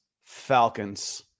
Falcons